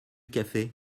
café